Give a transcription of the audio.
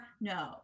no